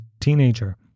teenager